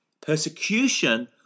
persecution